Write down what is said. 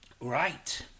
right